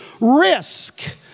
risk